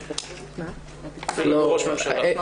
אפילו לראש ממשלה.